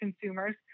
consumers